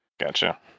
Gotcha